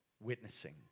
witnessing